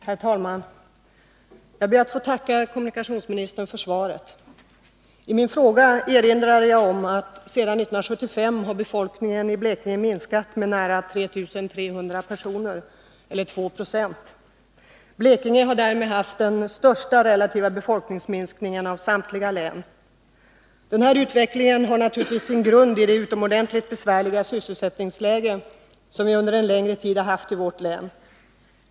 Herr talman! Jag ber att få tacka kommunikationsministern för svaret. I min fråga erinrade jag om att folkmängden i Blekinge sedan 1975 har minskat med nära 3 300 personer eller med 2 26. Blekinge har därmed haft den största relativa befolkningsminskningen av samtliga län. Den här utvecklingen har naturligtvis sin grund i det utomordentligt besvärliga sysselsättningsläge som vi under en längre tid har haft i vårt län.